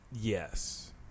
Yes